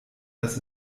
das